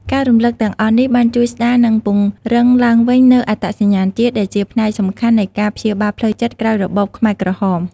ការរំឭកទាំងអស់នេះបានជួយស្តារ និងពង្រឹងឡើងវិញនូវអត្តសញ្ញាណជាតិ ដែលជាផ្នែកសំខាន់នៃការព្យាបាលផ្លូវចិត្តក្រោយរបបខ្មែរក្រហម។